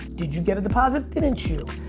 did you get a deposit, didn't you?